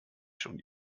schon